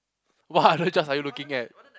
what other jobs are you looking at